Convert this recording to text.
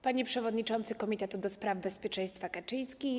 Panie Przewodniczący Komitetu ds. Bezpieczeństwa Kaczyński!